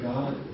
God